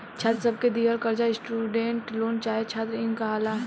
छात्र सब के दिहल कर्जा स्टूडेंट लोन चाहे छात्र इन कहाला